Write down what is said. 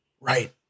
Right